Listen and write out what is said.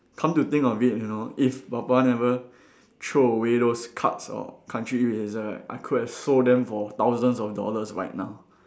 come to think of it you know if papa never throw away those cards or country eraser right I could have sold them for thousands of dollars right now